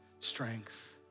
strength